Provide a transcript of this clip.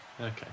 Okay